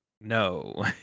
No